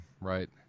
right